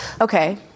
okay